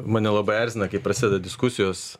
mane labai erzina kai prasideda diskusijos